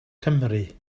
cymry